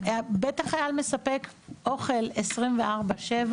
בית החייל מספק אוכל 24/7,